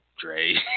Dre